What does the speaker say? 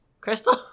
Crystal